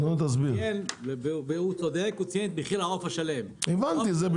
הוא ציין את מחיר העוף השלם, והוא צודק.